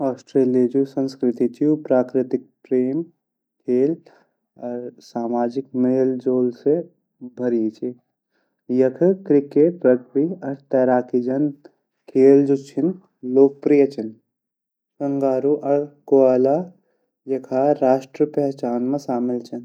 ऑस्ट्रेलिए जु संस्कृति ची उ प्राकृतिक प्रेम, खेल अर सामाजिक मेल जोल से भरी ची यख क्रिकेट, रग्बी अर तैराकी जन खेल जु छिन लोकप्रिय छिन कंगारू अर क्वाला यखा राष्ट्रीय पहचान मा शामिल छिन।